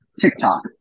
TikTok